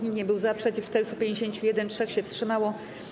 Nikt nie był za, przeciw - 451, 3 się wstrzymało.